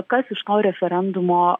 kas iš to referendumo